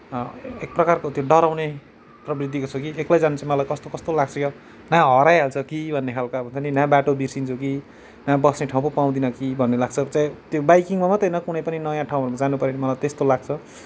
एक प्रकारको त्यो डराउने प्रवृत्तिको छु कि एक्लै जान चाहिँ मलाई कस्तो कस्तो लाग्छ के हो न हराइहाल्छु कि भन्ने खालको अब त नि ना बाटो बिर्सिन्छु कि ना बस्ने ठाउँ पो पाउँदिन कि भन्ने लाग्छ च त्यो बाइकिङमा मात्रै होइन कुनै पनि नयाँ ठाउँहरू जानुपऱ्यो भने मलाई त्यस्तो लाग्छ